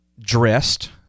Dressed